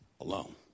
alone